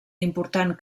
important